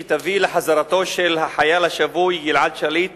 שתביא לחזרתו של החייל השבוי גלעד שליט